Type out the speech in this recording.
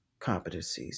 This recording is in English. competencies